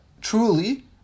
truly